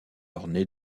orné